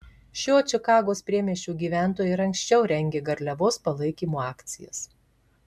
šio čikagos priemiesčio gyventojai ir anksčiau rengė garliavos palaikymo akcijas